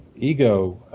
ego,